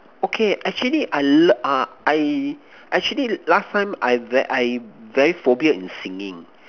okay actually I l~ uh I actually last time I very I very phobia in singing